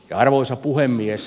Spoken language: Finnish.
arvoisa puhemies